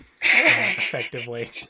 effectively